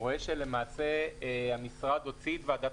רואה שלמעשה המשרד הוציא את ועדת